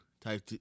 Type